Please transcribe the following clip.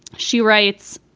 she writes.